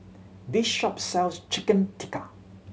this shop sells Chicken Tikka